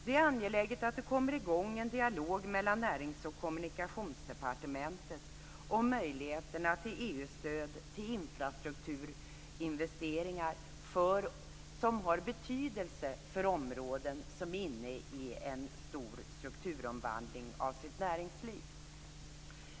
Det är angeläget att det kommer i gång en dialog mellan Närings och Kommunikationsdepartementet om möjligheterna till EU-stöd för infrastrukturinvesteringar som har betydelse för områden som är inne i en stor strukturomvandling av näringslivet.